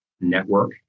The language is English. network